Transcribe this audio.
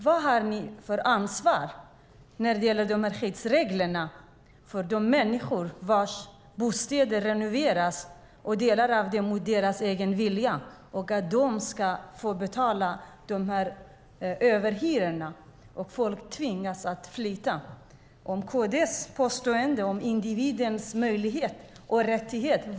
Vad har ni för ansvar när det gäller skyddsreglerna för de människor vars bostäder renoveras - delar av det mot deras egen vilja - och som ska få betala överhyrorna? Folk tvingas flytta. KD talar om individens möjlighet och rättighet.